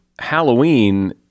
Halloween